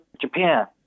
Japan